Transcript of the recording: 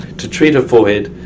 to treat her forehead,